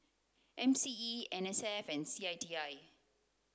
M C E N S F and C I T I